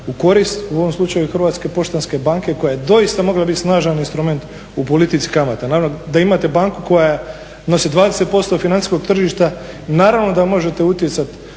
u korist, u ovom slučaju Hrvatske poštanske banke koja je doista mogla biti snažan instrument u politici kamata. Naravno, da imate banku koja nosi 20% financijskog tržišta, naravno da možete utjecat